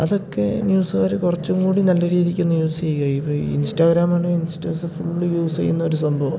അതൊക്കെ ന്യൂസുകാർ കുറച്ചും കൂടി നല്ല രീതിക്കൊന്ന് യൂസ് ചെയ്യുകയും ഈ ഇൻസ്റ്റാഗ്രാമാണ് യങ്ങ്സ്റ്റേർസ് ഫുൾ യൂസ് ചെയ്യുന്നൊരു സംഭവമാണ്